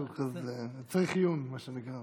צריך עיון, מה שנקרא.